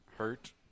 Hurt